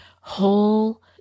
whole